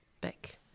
back